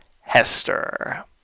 Hester